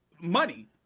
money